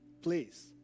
please